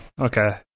Okay